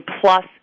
plus